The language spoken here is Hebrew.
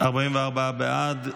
44 בעד,